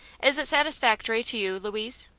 is it satisfactory to you, louise?